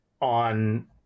on